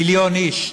מיליון איש,